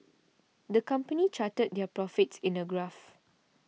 the company charted their profits in a graph